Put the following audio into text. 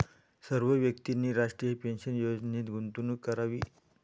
सर्व व्यक्तींनी राष्ट्रीय पेन्शन योजनेत गुंतवणूक करावी